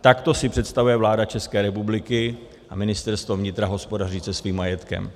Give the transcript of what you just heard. Takto si představuje vláda České republiky a Ministerstvo vnitra hospodařit se svým majetkem,